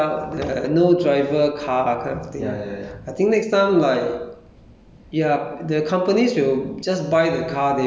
even like even like the sell the no driver car kind of thing I think next time like